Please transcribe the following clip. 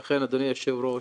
לכן, אדוני היושב ראש,